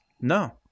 No